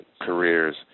careers